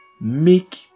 make